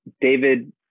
David